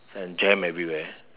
and jam everywhere